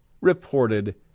reported